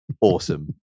awesome